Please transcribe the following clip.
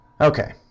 Okay